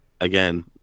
Again